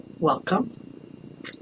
welcome